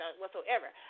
whatsoever